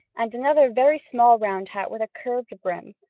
and another very small round hat with a curved brim,